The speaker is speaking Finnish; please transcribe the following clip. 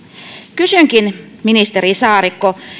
kysynkin ministeri saarikko